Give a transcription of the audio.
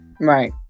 right